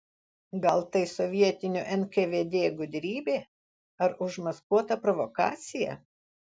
gal tai sovietinio nkvd gudrybė ar užmaskuota provokacija